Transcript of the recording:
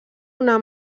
una